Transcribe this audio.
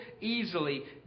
easily